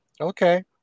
Okay